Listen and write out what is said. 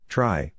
Try